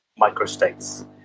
microstates